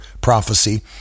prophecy